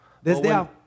Desde